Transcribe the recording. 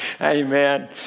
Amen